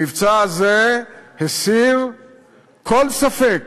המבצע הזה הסיר כל ספק